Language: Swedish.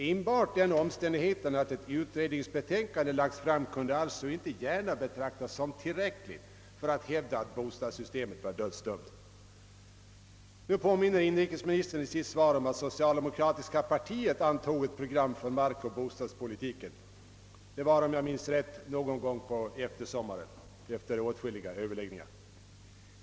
Enbart den omständigheten att ett utredningsbetänkande lagts fram kan alltså inte gärna betraktas som tillräckligt för att hävda att bostadssystemet var dödsdömt. I sitt svar påminner inrikesministern om att socialdemokratiska partiet antagit ett program för markoch bostadspolitiken. Det var, om jag minns rätt, någon gång på eftersommaren efter åtskilliga överläggningar.